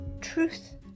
truth